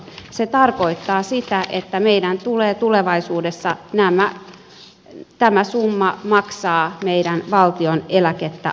se tarkoittaa sitä että meidän tulee tulevaisuudessa tämä summa maksaa meidän valtion eläkettä ansaitseville